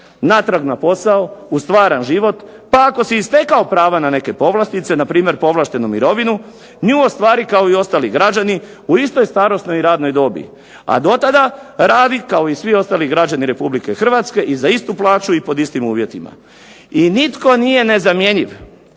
natrag na posao, u stvaran život pa ako si i stekao prava na neke povlastice npr. povlaštenu mirovinu nju ostvari kao i ostali građani, u istoj starosnoj i radnoj dobi. A do tada radi kao i svi ostali građani Republike Hrvatske i za istu plaću i pod istim uvjetima. I nitko nije nezamjenjiv